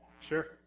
Sure